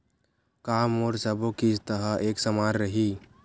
का मोर सबो किस्त ह एक समान रहि?